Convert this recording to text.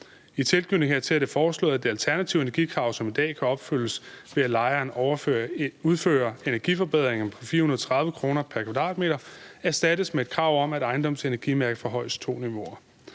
I tilknytning hertil er det foreslået, at det alternative energikrav, som i dag kan opfyldes, ved at lejeren udfører energiforbedringer på 430 kr. pr. m2, erstattes med et krav om, at ejendommens energimærke forhøjes to niveauer.